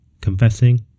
confessing